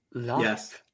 Yes